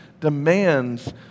demands